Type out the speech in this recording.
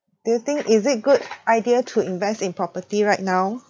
do you think is it good idea to invest in property right now